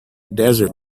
desert